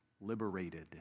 liberated